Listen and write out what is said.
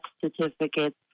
certificates